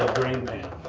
drain pan.